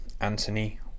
Anthony